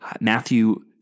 Matthew